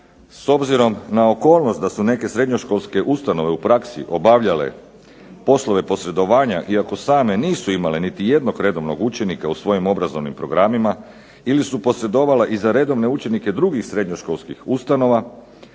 S obzirom na okolnost da su neke srednjoškolske ustanove u praksi obavljale poslove posredovanja iako same nisu imale niti jednog učenika u svojim obrazovnim programima ili su posredovale za redovne učenike drugih srednjoškolskih ustanova